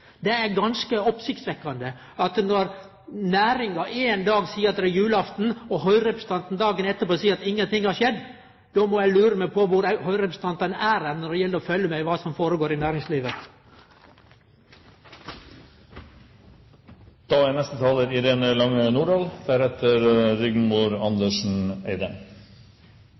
Det er ganske oppsiktsvekkjande når næringa ein dag seier at det er julaften, og Høgre-representanten dagen etter seier at ingenting har skjedd. Då må eg lure på kvar Høgre-representantane er når det gjeld å følgje med på kva som går føre seg i næringslivet.